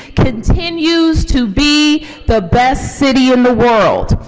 continues to be the best city in the world.